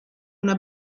una